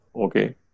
Okay